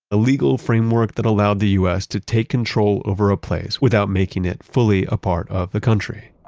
a legal framework that allowed the us to take control over a place without making it fully a part of the country.